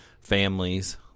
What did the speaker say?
families